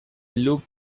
looked